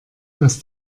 was